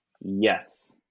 yes